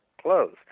clothes